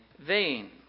vain